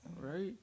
Right